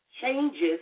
changes